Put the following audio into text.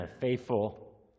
faithful